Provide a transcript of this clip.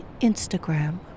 Instagram